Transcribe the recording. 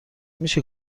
میشه